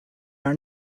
are